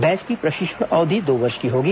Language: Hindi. बैच की प्रशिक्षण अवधि दो वर्ष की होगी